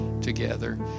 together